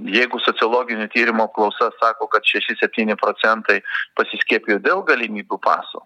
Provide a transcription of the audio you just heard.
jeigu sociologinių tyrimų apklausa sako kad šeši septyni procentai pasiskiepijo dėl galimybių paso